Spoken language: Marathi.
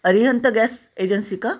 अरिहंत गॅस एजन्सी का